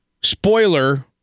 spoiler